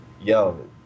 yo